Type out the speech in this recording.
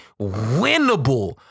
winnable